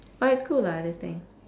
but it's cool lah this thing